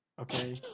okay